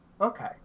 okay